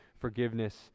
forgiveness